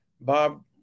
Bob